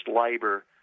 labor